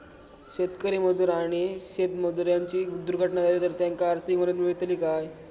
शेतकरी आणि शेतमजूर यांची जर दुर्घटना झाली तर त्यांका आर्थिक मदत मिळतली काय?